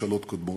ממשלות קודמות.